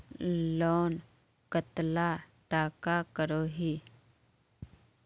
Loan कतला टाका करोही?